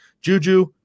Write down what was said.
Juju